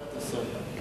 כן.